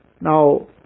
Now